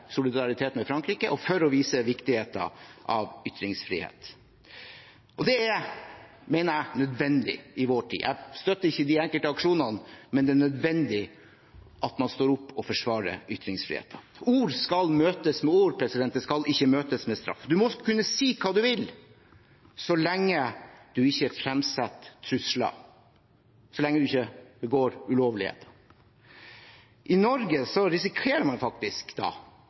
solidaritet med Frankrike og for å vise viktigheten av ytringsfrihet. Det er, mener jeg, nødvendig i vår tid. Jeg støtter ikke de enkelte aksjonene, men det er nødvendig at man står opp og forsvarer ytringsfriheten. Ord skal møtes med ord, de skal ikke møtes med straff. Man må kunne si hva man vil, så lenge man ikke fremsetter trusler, så lenge man ikke begår ulovligheter. I Norge risikerer man da